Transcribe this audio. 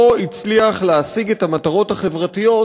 לא הצליח להשיג את המטרות החברתיות